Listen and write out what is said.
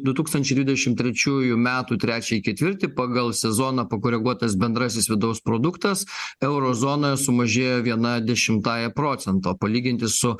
du tūkstančiai dvidešim trečiųjų metų trečiąjį ketvirtį pagal sezoną pakoreguotas bendrasis vidaus produktas euro zonoje sumažėjo viena dešimtąja procento palyginti su